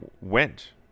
went